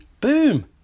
boom